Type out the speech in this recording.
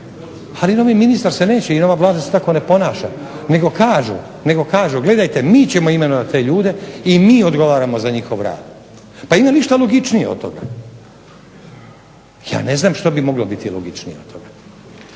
Ali novi ministar se neće i nova Vlada se tako ne ponaša nego kažu gledajte mi ćemo imenovati te ljude i mi ćemo odgovarati za njihov rad. Ima li što logičnije od toga? Ja ne znam što bi bilo logičnije od toga.